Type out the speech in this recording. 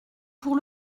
pour